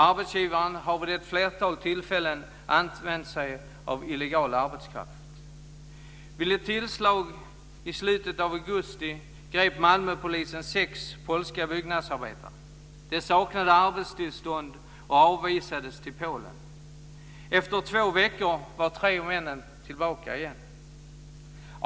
Arbetsgivaren har vid ett flertal tillfällen använt sig av illegal arbetskraft. Vid ett tillslag i slutet av augusti grep Malmöpolisen sex polska byggnadsarbetare. De saknade arbetstillstånd och avvisades till Polen. Efter två veckor var tre av männen tillbaka igen.